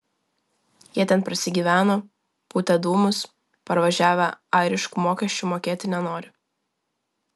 jie ten prasigyveno pūtė dūmus parvažiavę airiškų mokesčių mokėti nenori